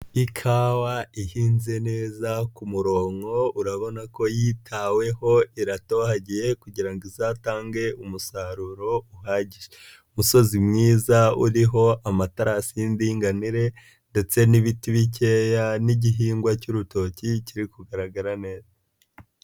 Ikawa ihinze neza ku murongo, urabona ko yitaweho iratohagiye kugirango izatange umusaruro uhagije. Umusozi mwiza uriho amatarasi y'indinganire ndetse n'ibiti bikeya, n'igihingwa cy'urutoki kiri kugaragara neza.